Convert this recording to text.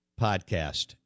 podcast